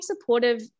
supportive